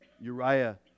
Uriah